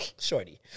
shorty